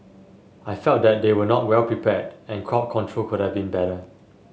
I felt that they were not well prepared and crowd control could have been better